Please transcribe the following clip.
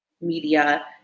media